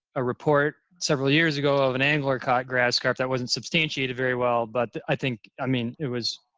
a report several years ago of an angler caught grass carp that wasn't substantiated very well. but i think, i mean, it was,